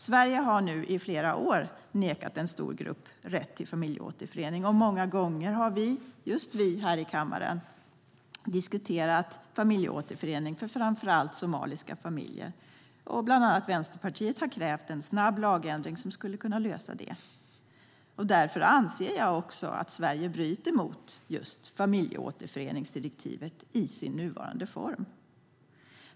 Sverige har nu i flera år nekat en stor grupp rätt till familjeåterförening. Många gånger har just vi här i kammaren diskuterat familjeåterförening för framför allt somaliska familjer. Bland annat Vänsterpartiet har krävt en snabb lagändring som skulle kunna lösa problemet. Därför anser jag också att Sverige bryter mot just familjeåterföreningsdirektivet i dess nuvarande form.